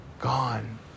gone